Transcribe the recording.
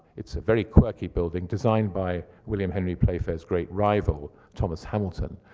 it's a very quirky building designed by william henry playfair's great rival thomas hamilton,